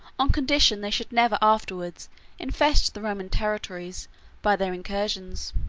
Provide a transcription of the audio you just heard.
on condition they should never afterwards infest the roman territories by their incursions.